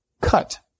cut